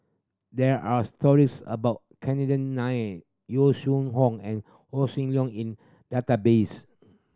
there are stories about Chandran Nair Yong Shu Hoong and Hossan Leong in database